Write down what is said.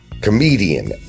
comedian